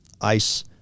ICE